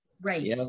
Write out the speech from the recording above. right